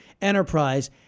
enterprise